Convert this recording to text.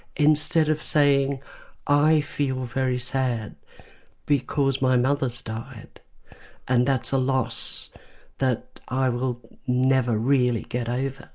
instead of saying i feel very sad because my mother's died and that's a loss that i will never really get over.